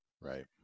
Right